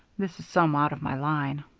this is some out of my line.